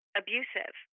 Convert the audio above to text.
abusive